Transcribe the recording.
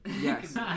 Yes